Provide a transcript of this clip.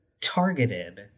targeted